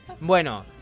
Bueno